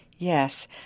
Yes